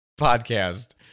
podcast